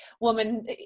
woman